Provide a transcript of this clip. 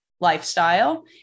lifestyle